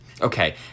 Okay